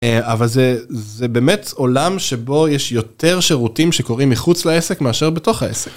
אבל זה זה באמת עולם שבו יש יותר שירותים שקורים מחוץ לעסק מאשר בתוך העסק.